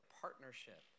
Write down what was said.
partnership